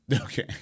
Okay